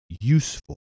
useful